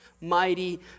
mighty